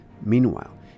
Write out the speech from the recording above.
Meanwhile